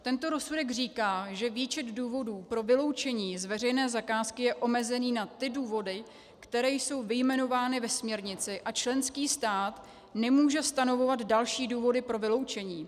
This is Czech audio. Tento rozsudek říká, že výčet důvodů pro vyloučení z veřejné zakázky je omezený na ty důvody, které jsou vyjmenovány ve směrnici, a členský stát nemůže stanovovat další důvody pro vyloučení.